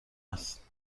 است